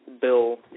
bill